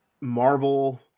Marvel